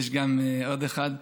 יש גם עוד אחד,